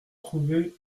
trouvé